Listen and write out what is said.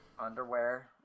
Underwear